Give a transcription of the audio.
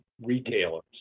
retailers